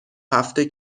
هفته